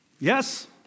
Yes